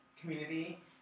community